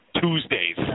Tuesdays